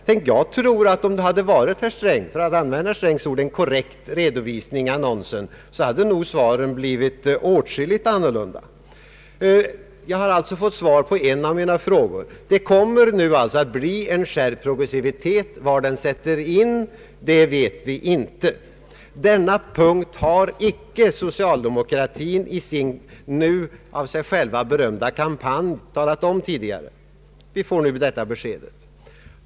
Om det, för att använda herr Strängs egna ord, hade varit en korrekt redovisning i annonsen så hade nog svaren blivit åtskilligt annorlunda. Jag har alltså fått svar på en av mina frågor. Det blir således en skärpt progressivitet, men var den sätter in vet vi inte. Denna punkt har socialdemokratin icke talat om tidigare i den kampanj som man själv berömmer sig av. Detta besked får vi nu.